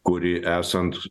kuri esant